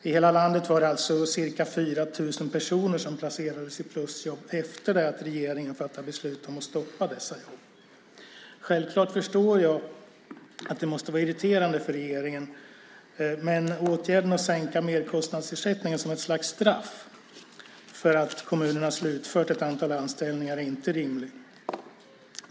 I hela landet var det alltså ca 4 000 personer som placerades i plusjobb efter det att regeringen fattade beslut om att stoppa dessa jobb. Självklart förstår jag att det måste vara irriterande för regeringen, men åtgärden att sänka merkostnadsersättningen som ett slags straff för att kommunerna slutfört ett antal anställningar är inte rimlig.